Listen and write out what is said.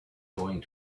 going